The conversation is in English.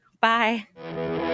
bye